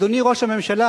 אדוני ראש הממשלה,